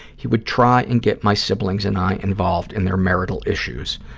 he would try and get my siblings and i involved in their marital issues.